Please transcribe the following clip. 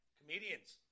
comedians